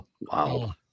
Wow